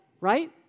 right